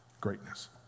greatness